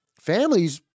Families